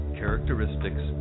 characteristics